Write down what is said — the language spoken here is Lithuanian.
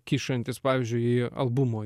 kišantis pavyzdžiui albumo